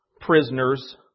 prisoners